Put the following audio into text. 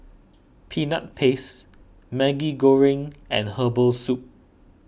Peanut Paste Maggi Goreng and Herbal Soup